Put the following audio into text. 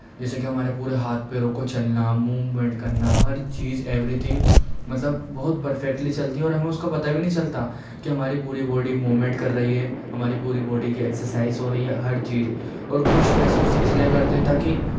جیسے کہ ہمارے پورے ہاتھ پیروں کو چلنا مومینٹ کرنا ہر چیز ایوری تھنگ مطلب بہت پرفیکٹلی چلتی اور ہمیں اس کا پتہ بھی نہیں چلتا کہ ہماری پوری بوڈی مومینٹ کر رہی ہے ہماری پوری بوڈی کے ایکسرسائز ہو رہی ہے ہر چیز اور خوش محسوس اس لئے کرتے ہیں تاکہ